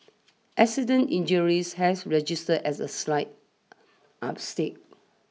accident injuries has registered a slight up stick